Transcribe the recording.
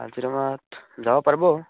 কাজিৰঙাত যাব পাৰিব